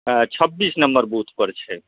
छब्बीस number booth पर छै